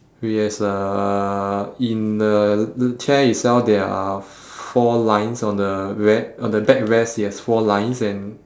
it has uh in the the chair itself there are four lines on the re~ on the backrest it has four lines and